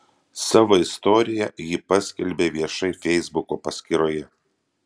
savo istoriją ji paskelbė viešai feisbuko paskyroje